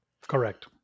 Correct